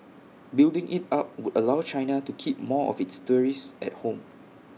building IT up would allow China to keep more of its tourists at home